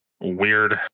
Weird